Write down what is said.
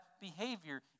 behavior